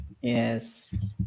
Yes